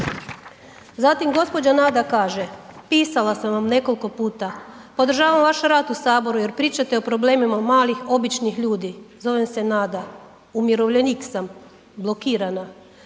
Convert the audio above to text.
Zatim gđa. Nada kaže, pisala sam vam nekoliko puta, podržavam vaš rad u HS jer pričate o problemima malih, običnih ljudi, zovem se Nada, umirovljenik sam, blokirana,